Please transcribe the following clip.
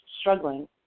struggling